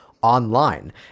online